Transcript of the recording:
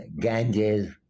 Ganges